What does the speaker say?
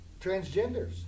transgenders